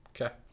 Okay